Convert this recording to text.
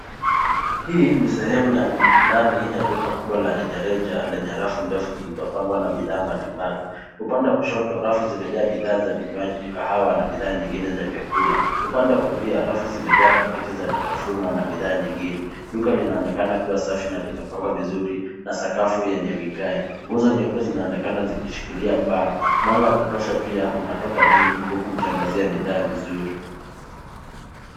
Hii ni sehemu ya ndani ya dukaa kubwa ya rejareja lenye rafu ndefu zilizopangwa bidhaa mbalimbali. Upande wakushoto ziejaa bidhaa za vinywaji kahawa na bidhaa nyingine za chakula. Upande wa kulia rafu zimejaa pakiti zavitafunio na bidhaa nyingine. Duka linaonekana kuwa safi na limepangwa vizuri na sakafu yenye vingai. Nguzo nyeupe zinaonekana zikishikilia paa. Mwanga wa kutosha pia unatoka juu uku ukiangazia bidhaa vizuri.